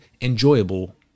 enjoyable